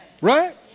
Right